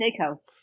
Steakhouse